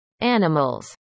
animals